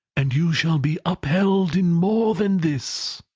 and you shall be upheld in more than this!